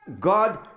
God